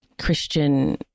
christian